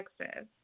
Texas